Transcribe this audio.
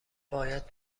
باید